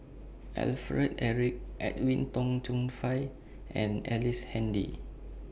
Alfred Eric Edwin Tong Chun Fai and Ellice Handy